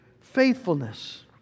faithfulness